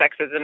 sexism